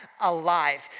alive